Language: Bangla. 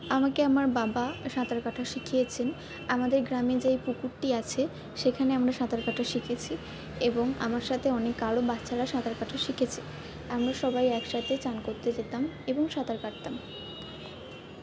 আমাকে আমার বাবা সাঁতার কাটা শিখিয়েছেন আমাদের গ্রামে যেই পুকুরটি আছে সেখানে আমরা সাঁতার কাটা শিখেছি এবং আমার সাথে অনেক আরও বাচ্চারা সাঁতার কাটা শিখেছে আমরা সবাই একসাথে স্নান করতে যেতাম এবং সাঁতার কাটতাম